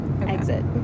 exit